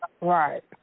Right